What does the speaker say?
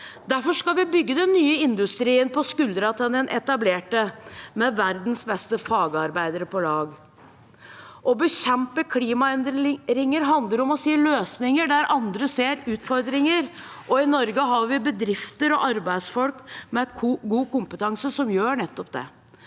Derfor skal vi bygge den nye industrien på skuldrene til den etablerte, med verdens beste fagarbeidere på laget. Å bekjempe klimaendringer handler om å se løsninger der andre ser utfordringer, og i Norge har vi bedrifter og arbeidsfolk med god kompetanse som gjør nettopp det.